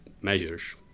measures